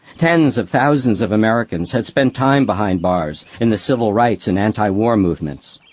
tens of thousands of americans had spent time behind bars in the civil rights and antiwar movements.